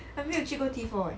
还没有去过 T four eh